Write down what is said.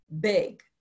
big